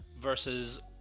Versus